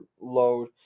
load